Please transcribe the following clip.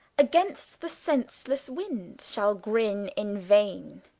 against the senselesse windes shall grin in vaine,